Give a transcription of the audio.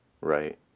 Right